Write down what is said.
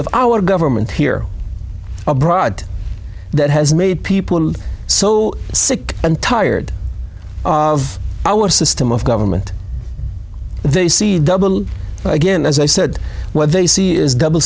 of our government here abroad that has made people so sick and tired of our system of government they see double again as i said what they see is double